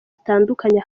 zitandukanye